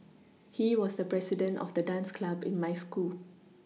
he was the president of the dance club in my school